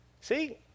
See